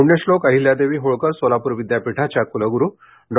पूण्यश्लोक अहिल्यादेवी होळकर सोलापूर विद्यापीठाच्या कुलगुरू डॉ